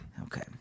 Okay